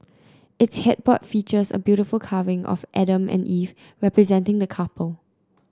its headboard features a beautiful carving of Adam and Eve representing the couple